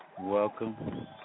Welcome